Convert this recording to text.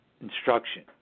instruction